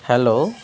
hello